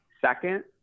second